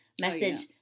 message